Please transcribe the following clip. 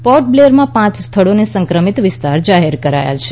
port બ્લેયરમાં પાંચ સ્થળોને સંક્રમીત વિસ્તાર જાહેર કરાયા છે